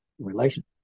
Relationship